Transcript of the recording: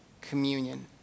communion